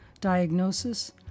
Diagnosis